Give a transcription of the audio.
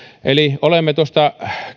eli olemme tuosta